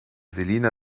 selina